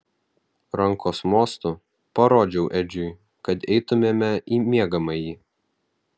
rankos mostu parodžiau edžiui kad eitumėme į miegamąjį